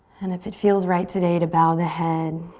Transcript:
and if it feels right today to bow the head,